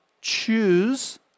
choose